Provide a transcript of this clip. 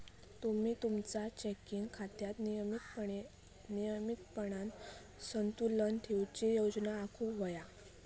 तुम्ही तुमचा चेकिंग खात्यात नियमितपणान संतुलन ठेवूची योजना आखुक व्हया